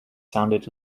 sounded